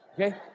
okay